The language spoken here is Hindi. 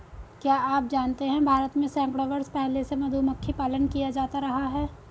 क्या आप जानते है भारत में सैकड़ों वर्ष पहले से मधुमक्खी पालन किया जाता रहा है?